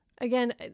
Again